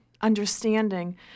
understanding